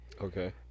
Okay